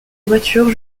voiture